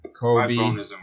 Kobe